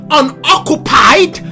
unoccupied